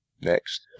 next